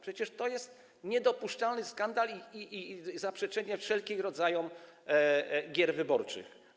Przecież to jest niedopuszczalny skandal i zaprzeczenie wszelkim rodzajom gier wyborczych.